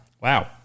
wow